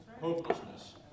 Hopelessness